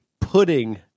pudding